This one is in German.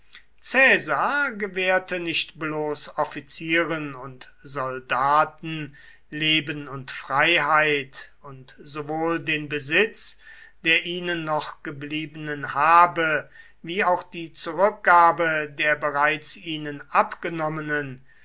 gewährte nicht bloß offizieren und soldaten leben und freiheit und sowohl den besitz der ihnen noch gebliebenen habe wie auch die zurückgabe der bereits ihnen abgenommenen